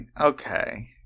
okay